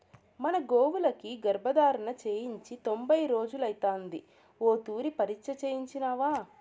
మన గోవులకి గర్భధారణ చేయించి తొంభై రోజులైతాంది ఓ తూరి పరీచ్ఛ చేయించినావా